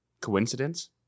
Coincidence